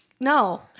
no